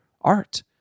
art